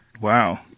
wow